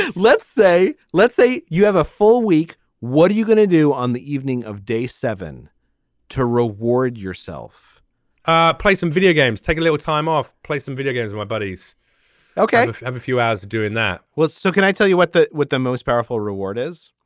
and let's say let's say you have a full week. what are you going to do on the evening of day seven to reward yourself ah play some videogames take a little time off play some video games my buddies ok. have a few hours doing that what's so can i tell you what with the most powerful reward is.